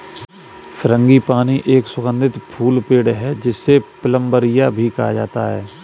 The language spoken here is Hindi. फ्रांगीपानी एक सुगंधित फूल पेड़ है, जिसे प्लंबरिया भी कहा जाता है